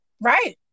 right